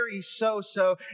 so-so